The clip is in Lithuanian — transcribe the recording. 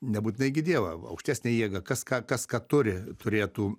nebūtinai dievą aukštesnę jėga kas ką kas ką turi turėtų